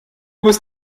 bist